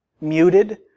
muted